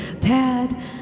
Tad